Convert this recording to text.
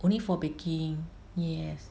only for baking yes